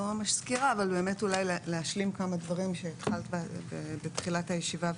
לא ממש סקירה אבל אולי להשלים כמה דברים שהתחלת בהם בתחילת הישיבה.